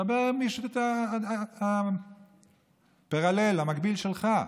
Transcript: דבר עם מי שאתה parallel שלו, המקביל שלך.